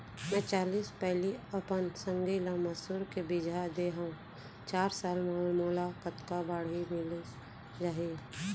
मैं चालीस पैली अपन संगी ल मसूर के बीजहा दे हव चार साल म मोला कतका बाड़ही मिलिस जाही?